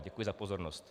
Děkuji za pozornost.